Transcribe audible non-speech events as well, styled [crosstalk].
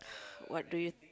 [breath] what do you